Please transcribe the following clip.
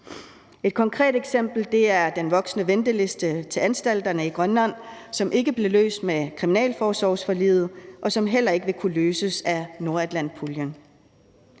Et konkret eksempel er den voksende venteliste til anstalterne i Grønland, som ikke blev løst med kriminalforsorgsforliget, og som heller ikke vil kunne løses af Nordatlantpuljen.